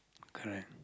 correct